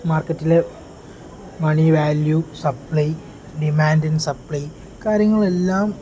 മാർക്കറ്റിലെ money value supply demand in supply കാര്യങ്ങളെല്ലാം